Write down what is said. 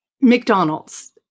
McDonald's